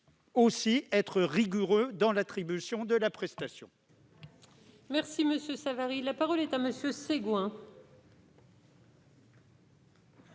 est d'être rigoureux dans l'attribution de cette prestation.